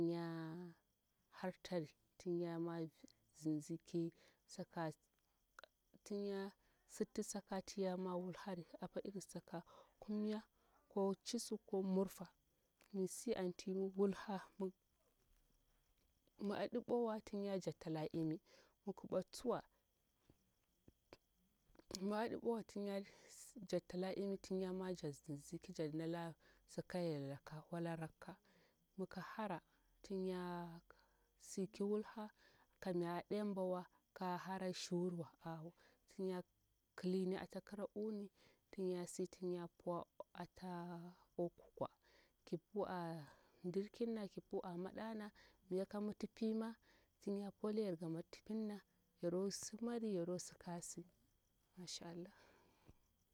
Ya hartari tin yamo zinzin ki saka tinya sikti saka tinya wulhari apa iri saka kumya ko ncisu ko murfa misi anti wulha mi aɗi bwawa tinya jattala imi miki bwa tsuwa mi aɗiu bwawatin ya jattala imi tin yamo jazzinzi ki jannala sakayer damo wala rakka miki hara tinya siki wulha kamya aɗembawa kahara shiwurwa awo tinya kilini ata kira uyuni tinyasi tinya puwa ata ko kukwa ki pu amdir kinna kipu a maɗana miyaka mitipima tinya pulayer ga mitipirna yaro simari yaro sikasi mashaa allah.